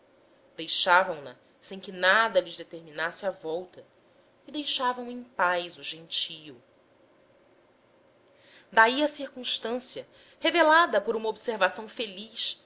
deixavam na sem que nada lhes determinasse a volta e deixavam em paz o gentio daí a circunstância revelada por uma observação feliz